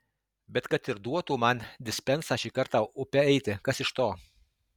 bet kad ir duotų man dispensą šį kartą upe eiti kas iš to